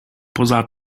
poza